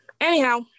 Anyhow